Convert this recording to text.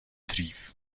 dřív